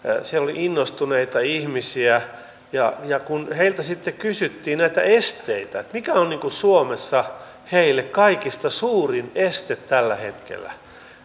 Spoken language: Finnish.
siellä oli innostuneita ihmisiä ja ja kun heiltä sitten kysyttiin näitä esteitä mikä on suomessa heille kaikista suurin este tällä hetkellä niin nämä